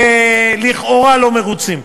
ולכאורה אנחנו לא מרוצים.